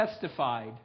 testified